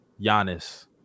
Giannis